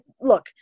look